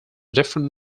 different